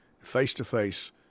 face-to-face